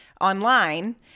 online